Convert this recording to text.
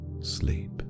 sleep